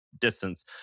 distance